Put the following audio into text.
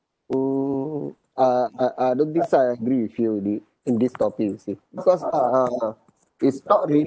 oh uh I I don't think so I agree with you already in this topic you see because uh it's not really